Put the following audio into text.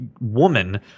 woman